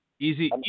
Easy